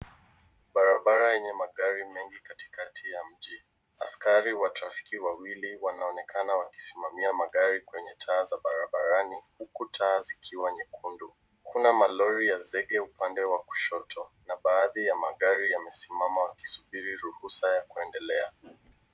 Barabara yenye magari mengi katikati ya mji, askari wa trafiki wawili wanaonekana wakisimamia magari kwenye taa za barabarani, huku taa zikiwa nyekundu. Kuna malori ya zege upande wa kushoto, na baadhi ya magari yamesimama wakisubiri ruhusa ya kuendelea.